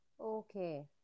okay